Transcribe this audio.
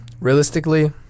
realistically